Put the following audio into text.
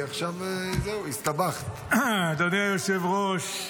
אדוני היושב-ראש,